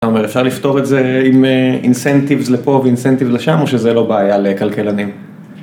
אתה אומר, אפשר לפתור את זה עם אינסנטיבז לפה ואינסנטיבז לשם, או שזה לא בעיה לכלכלנים?